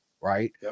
right